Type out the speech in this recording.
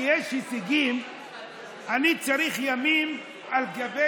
מרוב שיש הישגים אני צריך ימים על גבי